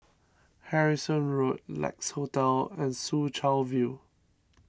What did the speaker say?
Harrison Road Lex Hotel and Soo Chow View